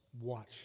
watch